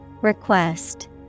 request